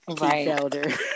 right